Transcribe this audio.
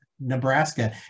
Nebraska